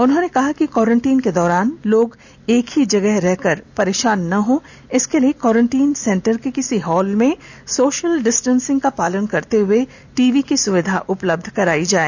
उन्होंने कहा कि क्वारेंटीन के दौरान लोग एक ही जगह रहकर परेषान न हों इसके लिए क्वारेंटीन सेंटर के किसी हॉल में सोशल डिस्टेंसिंग का पालन करते हुए टीवी की सुविधा उपलब्ध करायें